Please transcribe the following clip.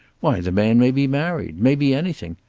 why, the man may be married. may be anything.